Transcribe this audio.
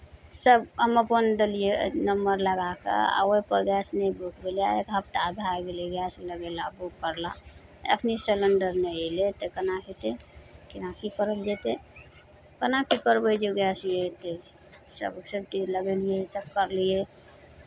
सभ हम अपन देलियै नम्बर लगा कऽ आ ओहिपर गैस नहि बुक भेलै एक हफ्ता भए गेलै गैस लगयला बुक करला एखनि सिलेण्डर नहि अयलै तऽ केना हेतै केना की करल जेतै केना की करबै जे गैस अयतै सभ सभकिछु लगेलियै सभ करलियै